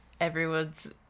Everyone's